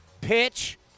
pitch